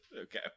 Okay